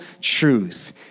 truth